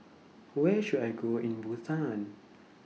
Where should I Go in Bhutan